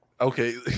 Okay